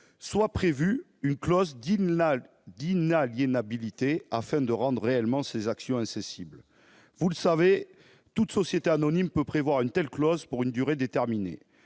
-d'une clause d'inaliénabilité, afin de rendre les actions véritablement incessibles. Vous le savez, toute société anonyme peut prévoir une telle clause pour une durée déterminée.